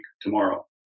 tomorrow